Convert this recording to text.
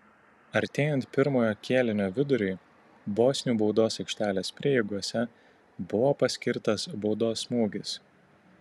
artėjant pirmojo kėlinio viduriui bosnių baudos aikštelės prieigose buvo paskirtas baudos smūgis